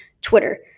Twitter